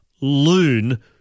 loon